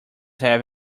have